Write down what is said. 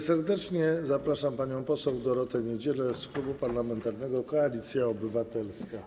Serdecznie zapraszam panią poseł Dorotę Niedzielę z Klubu Parlamentarnego Koalicja Obywatelska.